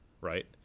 right